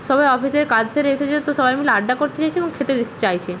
সবাই অফিসের কাজ সেরে এসেছে তো সবাই মিলে আড্ডা করতে চাইছে এবং খেতে চাইছে